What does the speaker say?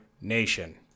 nation